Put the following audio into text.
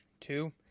two